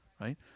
right